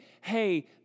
hey